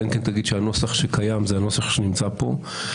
אלא אם כן תגיד שהנוסח שקיים זה הנוסח שנמצא פה.